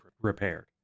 repaired